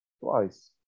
twice